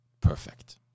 perfect